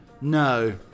No